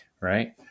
right